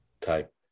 type